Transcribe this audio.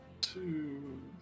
two